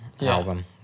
album